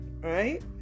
right